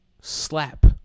slap